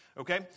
Okay